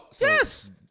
Yes